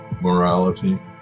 morality